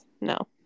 no